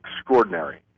extraordinary